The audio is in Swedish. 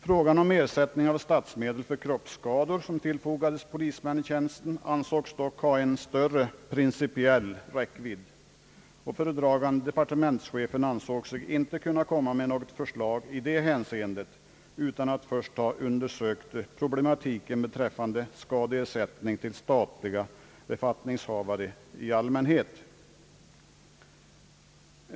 Frågan om ersättning av statsmedel för kroppsskador som tillfogats polismän i tjänsten ansågs dock ha en större principiell räckvidd, och föredragande departementschefen ansåg sig inte kunna komma med något förslag i det hänseendet utan att, först ha undersökt problematiken beträffande ska Om vissa åtgärder till skydd för polisen deersättning till statliga befattningshavare i allmänhet.